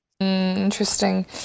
Interesting